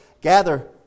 gather